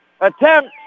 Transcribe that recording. attempt